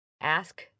ask